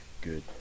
good